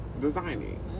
designing